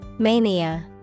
Mania